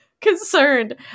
concerned